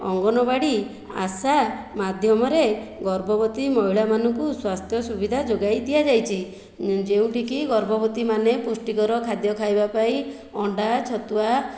ଅଙ୍ଗନବାଡ଼ି ଆଶା ମାଧ୍ୟମରେ ଗର୍ଭବତୀ ମହିଳାମାନଙ୍କୁ ସ୍ୱାସ୍ଥ୍ୟ ସୁବିଧା ଯୋଗାଇ ଦିଆଯାଇଛି ଯେଉଁଠିକି ଗର୍ଭବତୀ ମାନେ ପୃଷ୍ଟିକର ଖାଦ୍ୟ ଖାଇବା ପାଇଁ ଅଣ୍ଡା ଛତୁଆ